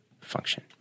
function